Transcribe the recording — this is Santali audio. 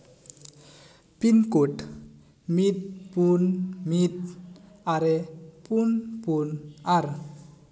ᱯᱤᱱᱠᱳᱰ ᱢᱤᱫ ᱯᱩᱱ ᱢᱤᱫ ᱟᱨᱮ ᱯᱩᱱ ᱯᱩᱱ ᱟᱨ